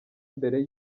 mbere